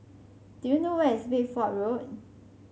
do you know where is Bedford Road